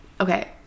Okay